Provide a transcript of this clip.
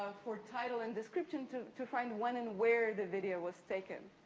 for title and description to to find when and where the video was taken.